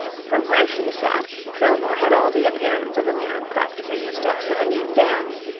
from where she sat fillmore had all the appearance of a man practising the steps of a new dance,